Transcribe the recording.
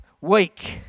week